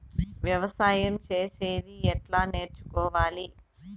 వ్యవసాయం చేసేది ఎట్లా నేర్చుకోవాలి?